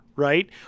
Right